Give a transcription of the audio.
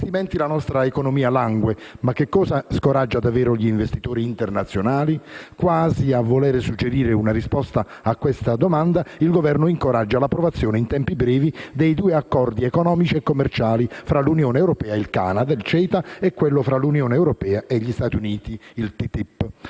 investimenti la nostra economia langue. Ma che cosa scoraggia davvero gli investitori internazionali? Quasi a voler suggerire una risposta a questa domanda, il Governo incoraggia l'approvazione in tempi brevi dei due accordi economici e commerciali fra l'Unione europea e il Canada (CETA) e quello fra l'Unione europea e gli Stati Uniti (TTIP).